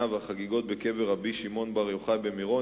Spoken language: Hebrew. והחגיגות בקבר רבי שמעון בר יוחאי במירון,